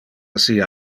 assi